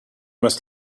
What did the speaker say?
must